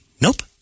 Nope